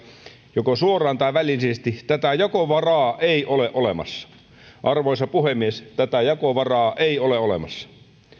joko suoraan tai välillisesti tätä jakovaraa ei ole olemassa arvoisa puhemies tätä jakovaraa ei ole olemassa